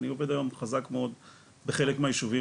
אני עובד היום חזק מאוד בחלק מהיישובים